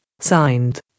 Signed